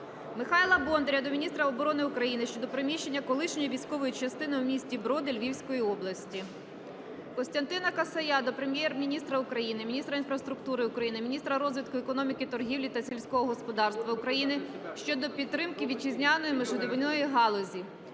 Михайла Бондаря до міністра оборони України щодо приміщень колишньої військової частини у місті Броди Львівської області. Костянтина Касая до Прем'єр-міністра України, міністра інфраструктури України, міністра розвитку економіки, торгівлі та сільського господарства України щодо підтримки вітчизняної машинобудівної галузі.